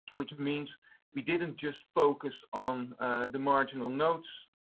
which means we didn't just focus on the marginal notes